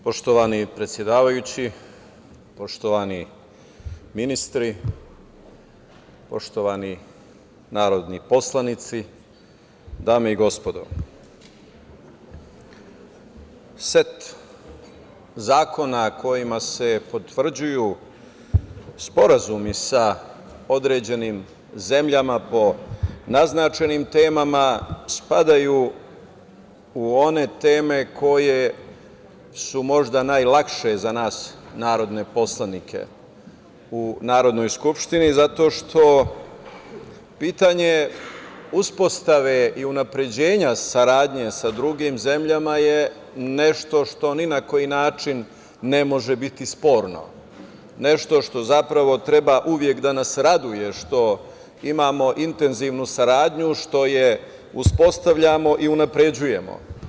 Poštovani predsedavajući, poštovani ministri, poštovani narodni poslanici, dame i gospodo, set zakona kojima se potvrđuju sporazumi sa određenim zemljama po naznačenim temama spadaju u one teme koje su možda najlakše za nas narodne poslanike u Narodnoj skupštini zato što pitanje uspostave i unapređenja saradnje sa drugim zemljama je nešto što ni na koji način ne može biti sporno, nešto što zapravo treba uvek da nas raduje, što imamo intenzivnu saradnju, što je uspostavljamo i unapređujemo.